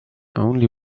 only